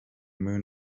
moon